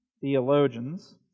theologians